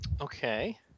Okay